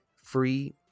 Free